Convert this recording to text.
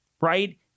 Right